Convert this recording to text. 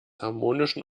harmonischen